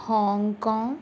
Hong Kong